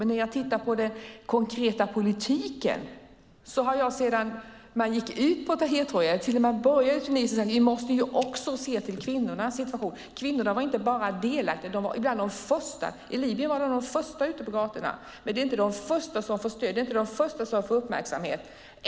Men när jag tittar på den konkreta politiken sedan man gick ut på Tahrirtorget och från att man började i Tunisien måste jag säga att vi också måste se till kvinnornas situation. Kvinnorna var inte bara delaktiga. De var ibland de första. I Libyen var kvinnorna de första ute på gatorna. Men det är inte de första som får stöd och uppmärksamhet.